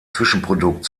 zwischenprodukt